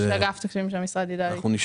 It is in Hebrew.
ראש אגף התקציבים של המשרד יידע לפרט.